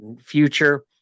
future